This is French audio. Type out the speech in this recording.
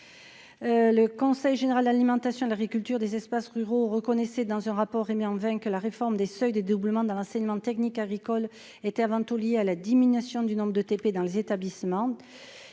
le Conseil général alimentation de l'agriculture des espaces ruraux reconnaissait dans un rapport remis en vain que la réforme des seuils des doublement dans l'enseignement technique agricole était avant tout lié à la diminution du nombre de TP dans les établissements